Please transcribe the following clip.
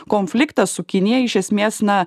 konfliktas su kinija iš esmės na